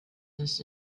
this